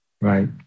Right